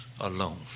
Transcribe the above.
alone